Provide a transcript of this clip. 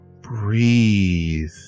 Breathe